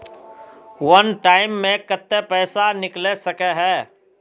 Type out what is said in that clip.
वन time मैं केते पैसा निकले सके है?